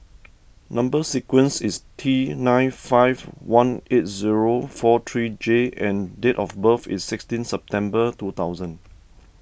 Number Sequence is T nine five one eight zero four three J and date of birth is sixteen September two thousand